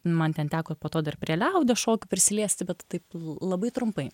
man ten teko po to dar prie liaudies šokių prisiliesti bet taip labai trumpai